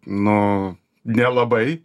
nu nelabai